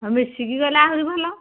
ହଁ ମିଶିକି ଗଲେ ଆହୁରି ଭଲ